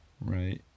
right